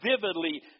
vividly